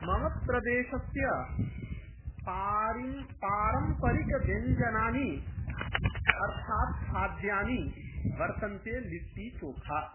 मम प्रदेशस्य पारिं पारम्परिकव्यञ्जनानि अर्थात् खाद्यानि वर्तन्ते लिट्टि चोखा